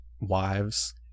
wives